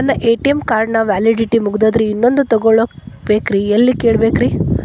ನನ್ನ ATM card ನ validity ಮುಗದದ್ರಿ ಇನ್ನೊಂದು ತೊಗೊಬೇಕ್ರಿ ಎಲ್ಲಿ ಕೇಳಬೇಕ್ರಿ?